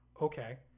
Okay